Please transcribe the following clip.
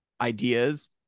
ideas